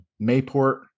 Mayport